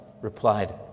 replied